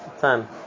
Time